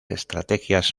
estrategias